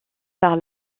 par